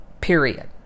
period